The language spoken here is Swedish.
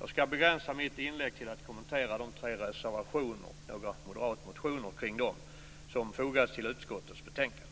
Jag skall begränsa mitt inlägg till att kommentera tre reservationer och några moderatmotioner kring dessa som fogats till betänkandet.